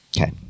Okay